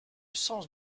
sens